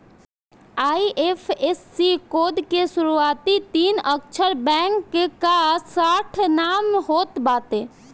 IFSC code के शुरूआती तीन अक्षर बैंक कअ शार्ट नाम होत बाटे